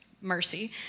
mercy